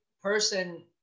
person